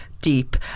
deep